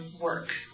work